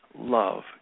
love